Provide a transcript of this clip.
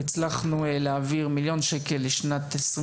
והצלחנו להעביר מיליון שקלים לשנת 2023